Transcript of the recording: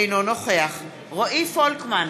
אינו נוכח רועי פולקמן,